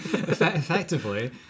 Effectively